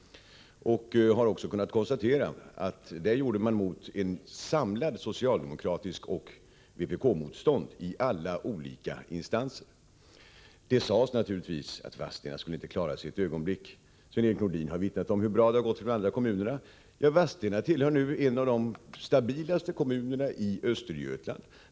Jag kan också konstatera att det skedde under ett samlat motstånd från socialdemokraterna och vpk i alla instanser. Det sades naturligtvis att Vadstena inte skulle klara sig ett ögonblick. Sven-Erik Nordin har vittnat om hur bra det har gått för andra kommuner. Vadstena tillhör nu de stabilaste kommunerna i Östergötland.